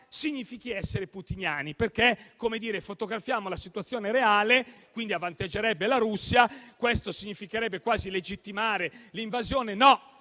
significhi essere putiniani, perché così fotografiamo la situazione reale, avvantaggiando la Russia, e questo significherebbe quasi legittimare l'invasione.